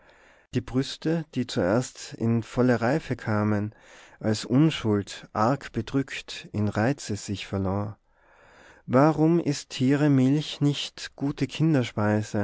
die brüste die zuerst in volle reife kamen als unschuld arg bedrückt in reize sich verlor warum ist tiere milch nicht gute